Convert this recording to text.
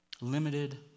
Limited